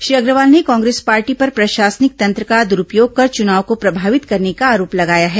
श्री अग्रवाल ने कांग्रेस पार्टी पर प्रशासनिक तंत्र का द्रूपयोग कर चुनाव को प्रभावित करने का आरोप लगाया है